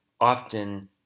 often